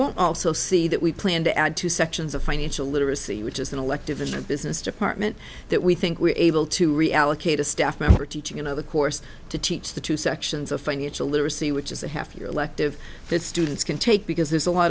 won't also see that we plan to add two sections of financial literacy which is an elective in the business department that we think we're able to reallocate a staff member teaching another course to teach the two sections of financial literacy which is a half year elective that students can take because there's a lot